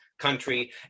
country